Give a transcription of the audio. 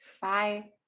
Bye